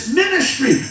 ministry